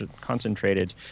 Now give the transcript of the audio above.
concentrated